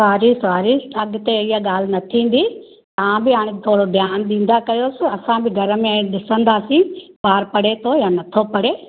sorry sorry अॻिते इहा ॻाल्हि न थींदी तव्हां बि हाणे थोरो ध्यानु ॾींदा कयोसि असां बि घर में ॾिसंदासीं ॿारु पढ़े थो या नथो पढ़े